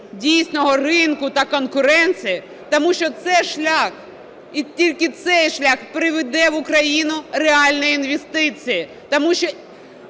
дійсного ринку та конкуренції, тому що це шлях і тільки цей шлях приведе в Україну реальні інвестиції. Тому що,